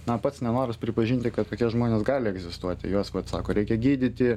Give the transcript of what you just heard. na pats nenoras pripažinti kad tokie žmonės gali egzistuoti juos vat sako reikia gydyti